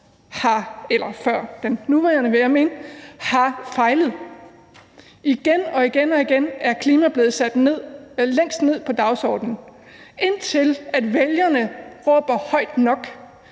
har fejlet. Igen og igen er klima blevet sat længst ned på dagsordenen – indtil vælgerne råber højt nok.